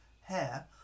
hair